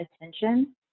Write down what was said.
attention